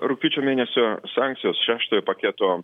rugpjūčio mėnesio sankcijos šeštojo paketo